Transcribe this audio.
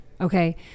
okay